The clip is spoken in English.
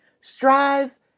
Strive